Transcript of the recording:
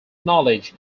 knowledge